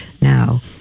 Now